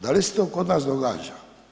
Da li se to kod nas događa?